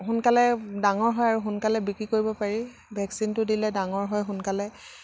সোনকালে ডাঙৰ হয় আৰু সোনকালে বিক্ৰী কৰিব পাৰি ভেকচিনটো দিলে ডাঙৰ হয় সোনকালে